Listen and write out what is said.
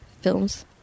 films